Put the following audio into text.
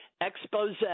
expose